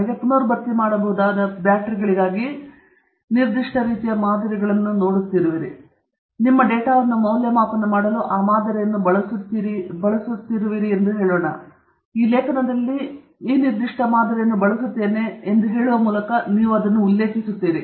ನೀವು ಪುನರ್ಭರ್ತಿ ಮಾಡಬಹುದಾದ ಬ್ಯಾಟರಿಗಳಿಗಾಗಿ ನಿರ್ದಿಷ್ಟ ರೀತಿಯ ಮಾದರಿಯನ್ನು ನೋಡುತ್ತಿರುವಿರಿ ಮತ್ತು ನೀವು ನಿಮ್ಮ ಡೇಟಾವನ್ನು ಮೌಲ್ಯಮಾಪನ ಮಾಡಲು ಆ ಮಾದರಿಯನ್ನು ಬಳಸುತ್ತಿರುವಿರಿ ಎಂದು ಹೇಳೋಣ ನಂತರ ಈ ಪತ್ರದಲ್ಲಿ ನಾವು ಈ ನಿರ್ದಿಷ್ಟ ಮಾದರಿಯನ್ನು ಬಳಸುತ್ತೇವೆ ಎಂದು ಹೇಳುವ ಮೂಲಕ ನೀವು ಅದನ್ನು ಉಲ್ಲೇಖಿಸುತ್ತೀರಿ